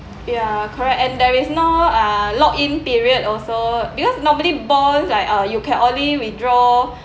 ya correct and there is no uh lock in period also because nobody bonds like uh you can only withdraw